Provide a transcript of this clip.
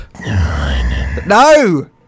No